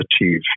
achieve